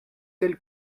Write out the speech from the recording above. telle